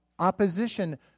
opposition